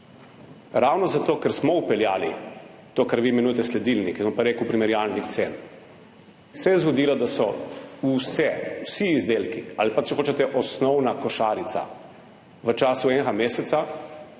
Ravno zato, ker smo vpeljali to, kar vi imenujete sledilnik, jaz bom pa rekel primerjalnik cen, se je zgodilo, da so se cene vseh izdelkov oziroma osnovne košarice v času enega meseca